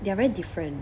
they are very different